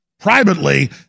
privately